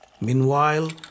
Meanwhile